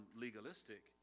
legalistic